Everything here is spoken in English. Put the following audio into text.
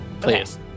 please